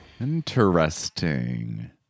Interesting